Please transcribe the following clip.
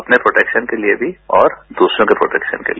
अपने प्रोटैक्शन के लिए भी और दूसरों के प्रोटैक्शन के लिए